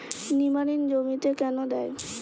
নিমারিন জমিতে কেন দেয়?